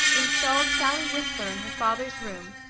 installed sally whistler in her father's room,